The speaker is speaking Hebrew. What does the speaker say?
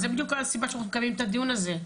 זאת בדיוק הסיבה שאנחנו מקיימים את הדיון הזה,